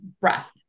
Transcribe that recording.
breath